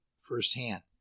firsthand